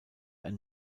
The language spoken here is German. ein